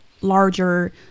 larger